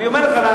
אני רק אומר לך,